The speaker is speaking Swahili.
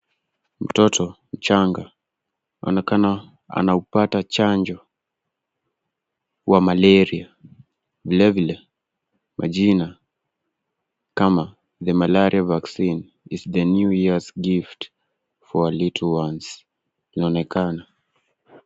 Mtoto mchanga anaonekana anaupata chanjo wa malaria vile vile majina kama the malaria vaccine is the new years gift for our little ones inaonekana